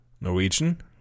Norwegian